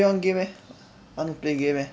play one game eh I want to play game eh